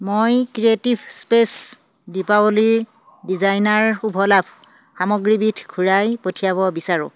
মই creative space দীপাৱলীৰ designer শুভ লাভ সামগ্ৰীবিধ ঘূৰাই পঠিয়াব বিচাৰোঁ